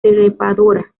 trepadora